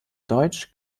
deutsch